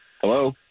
Hello